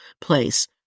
place